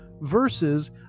versus